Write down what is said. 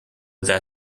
that